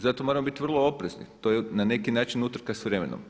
Zato moramo biti vrlo oprezni, to je na neki način utrka s vremenom.